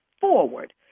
forward